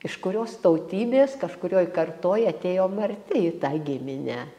iš kurios tautybės kažkurioj kartoj atėjo marti į tą giminę